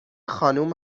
خانوم